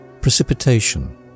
Precipitation